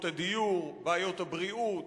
מהנפגעים בתאונות הדרכים הם ערבים,